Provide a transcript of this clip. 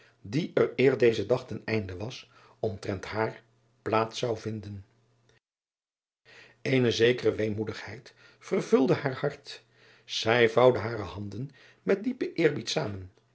die er eer deze dag ten einde was omtrent haar plaats driaan oosjes zn et leven van aurits ijnslager zou vinden ene zekere weemoedigheid vervulde haar hart zij vouwde hare handen met diepen eerbied zamen